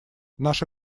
наша